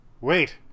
Wait